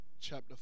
chapter